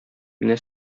менә